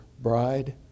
bride